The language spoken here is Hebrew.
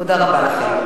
תודה רבה לכם.